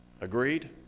Agreed